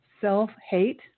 self-hate